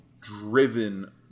driven